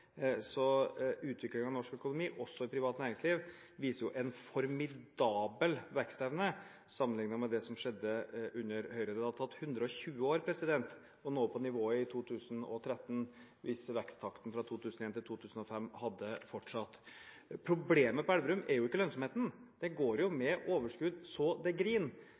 Så utviklingen i norsk økonomi, også i privat næringsliv, viser en formidabel vekstevne sammenlignet med det som skjedde under Høyre. Det hadde tatt 120 år å nå opp på nivået i 2013 hvis veksttakten fra 2001 til 2005 hadde fortsatt. Problemet på Elverum er ikke lønnsomheten – det går jo med overskudd så det